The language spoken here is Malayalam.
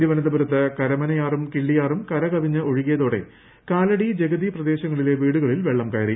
തിരുവനന്തപുരത്ത് കരമനയാറും കിള്ളിയാറും കരകവിഞ്ഞ് ഒഴുകിയതോടെ കാലടി ജഗതി പ്രദേശങ്ങളിലെ വീടുകളിൽ വെള്ളം കയറി